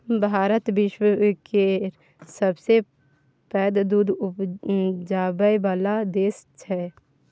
भारत विश्व केर सबसँ पैघ दुध उपजाबै बला देश छै